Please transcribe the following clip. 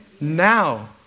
now